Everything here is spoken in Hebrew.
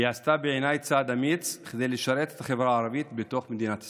היא עשתה בעיניי צעד אמיץ כדי לשרת את החברה הערבית בתוך מדינת ישראל.